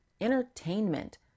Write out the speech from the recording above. entertainment